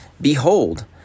Behold